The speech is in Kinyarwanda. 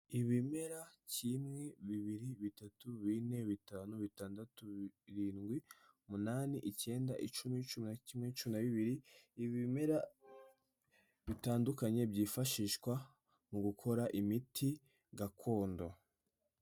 Ibimera kimwe bibiri bitatu bine bitanu bitandatu birindwi umunani icyenda icumi cumi na kimwe cumi na bibiri. Ibimera bitandukanye byifashishwa mu gukora imiti gakondo.